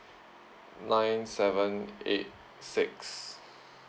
nine seven eight six